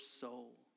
soul